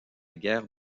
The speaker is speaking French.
guerre